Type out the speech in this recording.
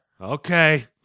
Okay